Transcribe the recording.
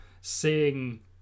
seeing